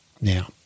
now